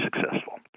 successful